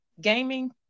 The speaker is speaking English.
gaming